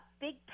big